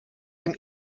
dem